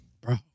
Bro